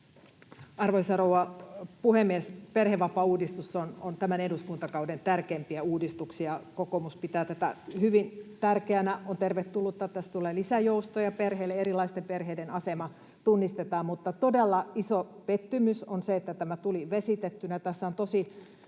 Arvoisa rouva puhemies! Perhevapaauudistus on tämän eduskuntakauden tärkeimpiä uudistuksia. Kokoomus pitää tätä hyvin tärkeänä. On tervetullutta, että tässä tulee lisää joustoja perheelle ja erilaisten perheiden asema tunnistetaan. Mutta todella iso pettymys on se, että tämä tuli vesitettynä. Tässä on tosi